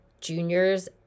juniors